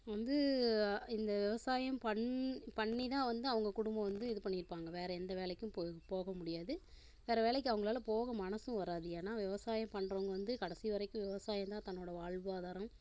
வந்து இந்த விவசாயம் பண் பண்ணிதான் வந்து அவங்க குடும்பம் வந்து இது பண்ணியிருப்பாங்க வேறே எந்த வேலைக்கும் போபோக முடியாது வேறே வேலைக்கு அவங்களால போக மனதும் வராது ஏன்னா விவசாயம் பண்றவங்க வந்து கடைசி வரைக்கும் விவசாயந்தான் தன்னோட வாழ்வாதாரம்